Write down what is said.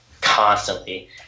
constantly